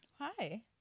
Hi